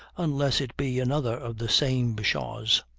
unless it be another of the same bashaws.